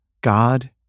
God